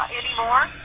anymore